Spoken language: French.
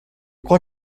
crois